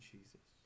Jesus